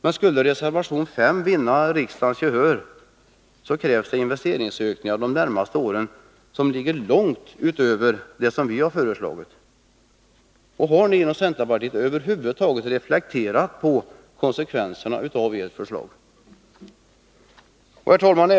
Men skulle reservation 5 vinna riksdagens gehör krävs det de närmaste åren investeringsökningar som går långt utöver vad vi har föreslagit. Har ni inom centern över huvud taget reflekterat över konsekvenserna av ert förslag? Herr talman!